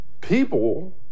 people